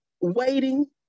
waiting